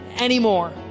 anymore